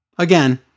Again